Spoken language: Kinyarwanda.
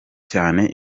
cyane